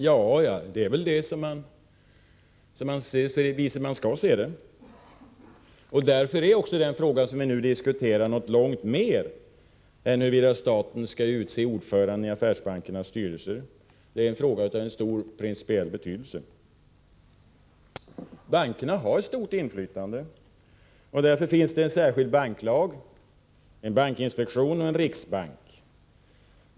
Ja, det är väl så man skall se det, och därför är den fråga vi nu diskuterar något långt mer än huruvida staten skall utse ordförande i affärsbankernas styrelser. Det är en fråga av stor principiell betydelse. Bankerna har stort inflytande. Därför finns det en särskild banklag, en bankinspektion och en riksbank.